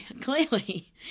clearly